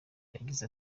yagize